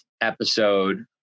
episode